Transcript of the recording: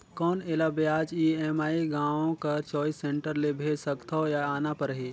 कौन एला ब्याज ई.एम.आई गांव कर चॉइस सेंटर ले भेज सकथव या आना परही?